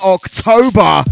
October